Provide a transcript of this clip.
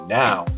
now